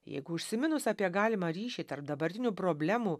jeigu užsiminus apie galimą ryšį tarp dabartinių problemų